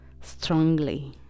strongly